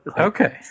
Okay